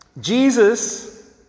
Jesus